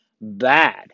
bad